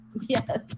Yes